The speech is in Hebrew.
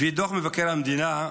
לפי דוח מבקר המדינה,